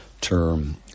term